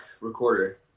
recorder